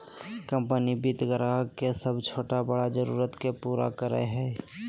company वित्त ग्राहक के सब छोटा बड़ा जरुरत के पूरा करय हइ